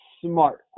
smart